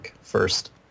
first